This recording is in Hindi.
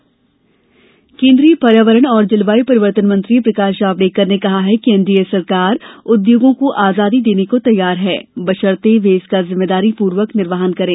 पर्यावरण केन्द्रीय पर्यावरण और जलवायु परिवर्तन मंत्री प्रकाश जावड़ेकर ने कहा है कि एनडीए सरकार उद्योगों को आजादी देने को तैयार है बशर्ते वे इसका जिम्मेदारी पूर्वक निर्वहन करें